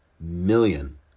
million